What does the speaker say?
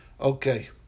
Okay